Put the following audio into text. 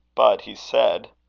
but he said